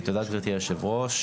תודה גברתי היושבת-ראש.